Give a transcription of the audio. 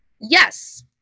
Yes